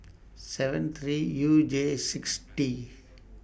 seven three U J six T